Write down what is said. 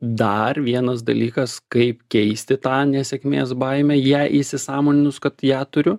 dar vienas dalykas kaip keisti tą nesėkmės baimę ją įsisąmoninus kad ją turiu